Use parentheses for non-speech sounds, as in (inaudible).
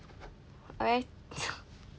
(laughs)